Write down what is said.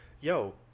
yo